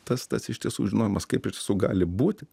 tas tas iš tiesų žinojimas kaip ir su gali būti